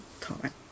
time